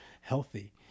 healthy